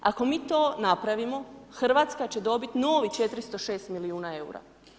Ako mi to napravimo, Hrvatska će dobiti novih 406 milijuna eura.